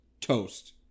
Toast